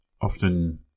Often